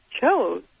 chose